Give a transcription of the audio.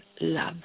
love